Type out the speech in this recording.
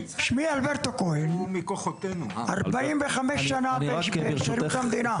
שמי אלברטו כהן, 45 שנה בשירות המדינה.